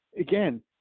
again